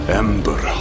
ember